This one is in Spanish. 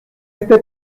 este